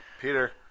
Peter